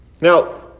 Now